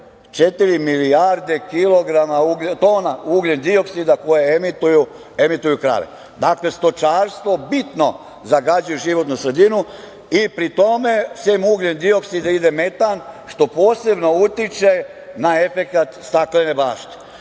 milijarde tona ugljendioksida koje emituju krave. Dakle, stočarstvo bitno zagađuje životnu sredinu i pri tome sem ugljen dioksida ide metan, što posebno utiče na efekat staklene